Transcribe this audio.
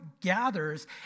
gathers